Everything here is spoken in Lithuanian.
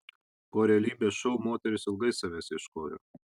po realybės šou moteris ilgai savęs ieškojo